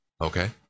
Okay